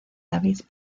david